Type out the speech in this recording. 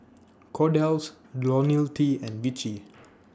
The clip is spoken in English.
Kordel's Ionil T and Vichy